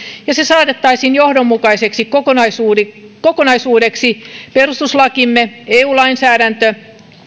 ja se saatettaisiin johdonmukaiseksi kokonaisuudeksi perustuslakimme eu lainsäädäntö